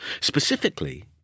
Specifically